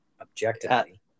objectively